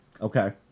okay